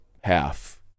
half